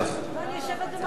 לא, אני יושבת ומקשיבה בשקט.